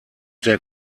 der